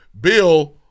Bill